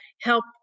help